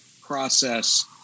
process